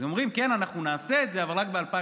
אז אומרים: כן, אנחנו נעשה את זה, אבל רק ב-2023.